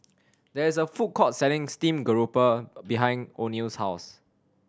there is a food court selling steamed garoupa behind Oneal's house